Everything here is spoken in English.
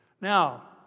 Now